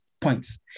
points